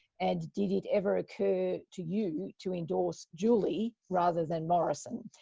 and did it ever occur to you to endorse julie rather than morrison?